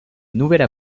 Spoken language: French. nouvelle